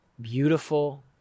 beautiful